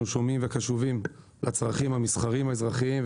שומעים לגבי לצרכים המסחריים והאזרחיים.